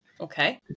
okay